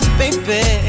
baby